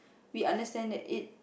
we understand that it